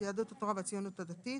יהדות התורה והציונות הדתית: